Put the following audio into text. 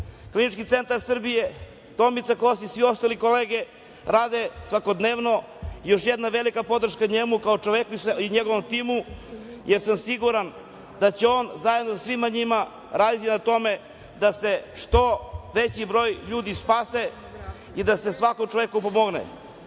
Srbije. Klinički centar Srbije, Tomica Kostić, sve ostale kolege rade svakodnevno. Još jedna velika podrška njemu kao čoveku i njegovom timu, jer sam siguran da će on zajedno sa svima njima raditi na tome da se što veći broj ljudi spase i da se svakom čoveku pomogne,